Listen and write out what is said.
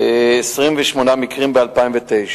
28 מקרים ב-2009.